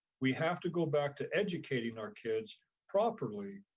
we have to go back to educating our kids properly.